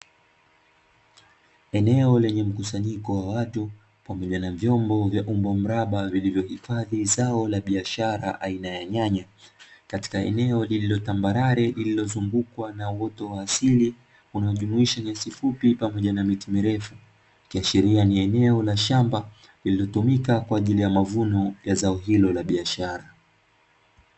Eneo lenye mkusanyiko watu, pamoja na vyombo vya umbo mraba, vilivyohifadhi zao la biashara aina ya nyanya, katika eneo lililo tambarale lililozungukwa na uoto wa asili unaojumuisha nyasi fupi pamoja na miti mirefu, likiashiria ni eneo la shamba lililotumika kwa ajili ya mavuno ya zao hilo la biashara.